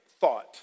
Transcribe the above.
thought